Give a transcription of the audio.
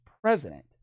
president